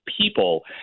people